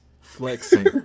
flexing